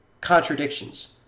contradictions